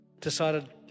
decided